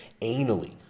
anally